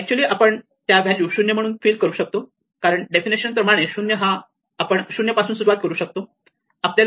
actually आपण त्या value 0 म्हणून फिल करू शकतो कारण डेफिनेशन प्रमाणे आपण 0 पासून सुरुवात करू शकतो